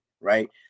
right